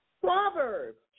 Proverbs